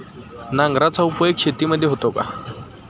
नांगराचा उपयोग शेतीमध्ये होतो का?